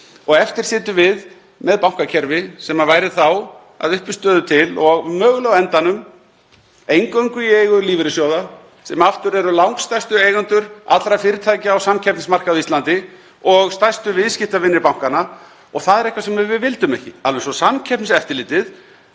Eftir sitjum við með bankakerfi sem væri þá að uppistöðu til og mögulega á endanum eingöngu í eigu lífeyrissjóða, sem aftur eru langstærstu eigendur allra fyrirtækja á samkeppnismarkaði á Íslandi og stærstu viðskiptavinir bankanna, og það er eitthvað sem við vildum ekki. Samkeppniseftirlitið